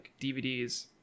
DVDs